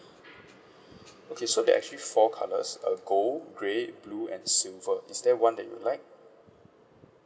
okay so there're actually four colours uh gold grey blue and silver is there one that you like